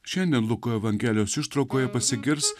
šiandien luko evangelijos ištraukoje pasigirs